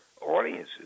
audiences